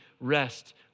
rest